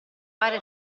fare